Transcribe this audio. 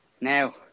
now